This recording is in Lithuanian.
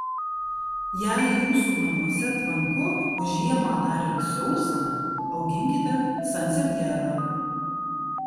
jei jūsų namuose tvanku o žiemą dar ir sausa auginkite sansevjerą